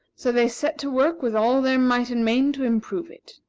so they set to work with all their might and main to improve it.